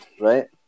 right